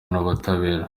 n’ubutabera